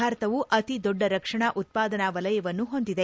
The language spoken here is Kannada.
ಭಾರತವು ಅತಿ ದೊಡ್ಡ ರಕ್ಷಣಾ ಉತ್ಪಾದನಾ ವಲಯವನ್ನು ಹೊಂದಿದೆ